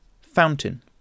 fountain